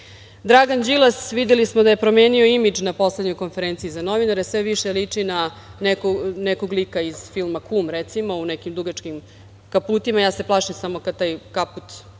Dragan Đilas, videli smo da je promenio imidž na poslednjoj konferenciji za novinare, sve više liči na nekog lika iz filma „Kum“, recimo, u nekim dugačkim kaputima. Ja se plašim kada se taj kaput